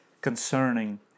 concerning